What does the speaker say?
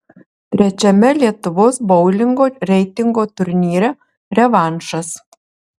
trečiame lietuvos boulingo reitingo turnyre revanšas